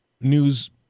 news